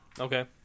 Okay